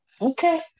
Okay